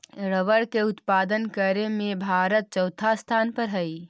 rubber के उत्पादन करे में भारत चौथा स्थान पर हई